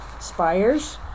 spires